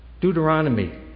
Deuteronomy